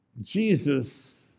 Jesus